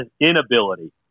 inability